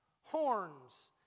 horns